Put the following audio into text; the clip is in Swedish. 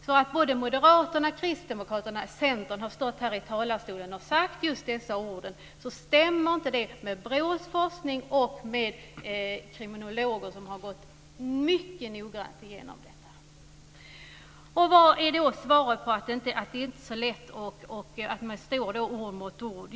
När Moderaterna, Kristdemokraterna och Centern har stått här i talarstolen och sagt just detta, så stämmer inte detta med BRÅ:s forskning eller med denna kriminologs forskning, som har gått mycket noga igenom detta. Vad är då svaret på varför det står ord mot ord?